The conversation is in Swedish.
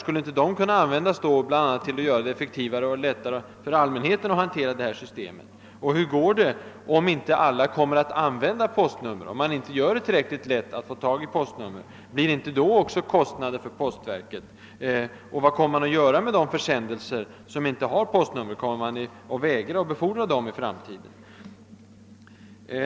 Skulle inte de kunna användas bl.a. för att göra det lättare för allmänheten att hantera systemet? Och hur går det om man inte gör det tillräckligt lätt att få tag i postnumren, så att en del därför inte använder dem? Blir det inte då kostnader för postverket? Vad gör man med de försändelser som saknar postnummer? Skall man vägra att befordra dem i framtiden?